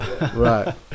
Right